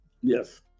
Yes